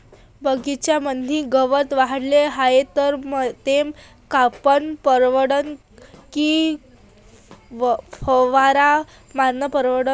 बगीच्यामंदी गवत वाढले हाये तर ते कापनं परवडन की फवारा मारनं परवडन?